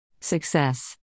Success